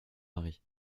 marie